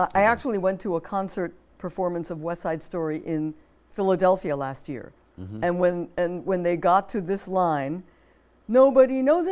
i actually went to a concert performance of west side story in philadelphia last year and when and when they got to this line nobody knows